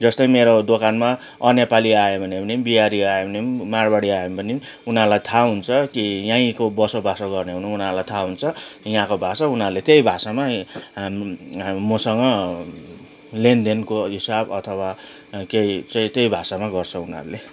जस्तै मेरो दोकानमा अनेपाली आयो भने पनि बिहारी आयो भने पनि माडवाडी आयो भने पनि उनीहरूलाई थाहा हुन्छ कि यहीँको बसोबासो गर्ने हो भने उनीहरूलाई थाहा हुन्छ यहाँको भाषा उनीहरूले त्यही भाषामा हामी हाम मसँग लेनदेनको हिसाब अथवा केही चाहिँ त्यही भाषामा गर्छ उनीहरूले